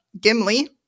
Gimli